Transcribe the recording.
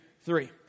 three